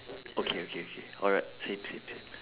okay okay okay alright same same same